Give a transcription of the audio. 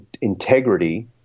integrity